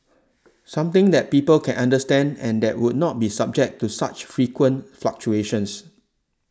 something that people can understand and that would not be subject to such frequent fluctuations